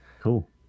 cool